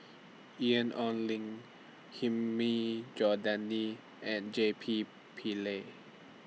Ian Ong Li Hilmi Johandi and J P Pillay